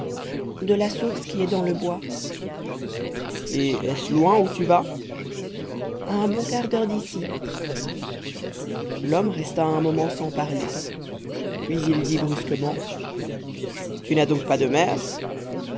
de la source qui est dans le bois et est-ce loin où tu vas à un bon quart d'heure d'ici l'homme resta un moment sans parler puis il dit brusquement tu n'as donc pas de mère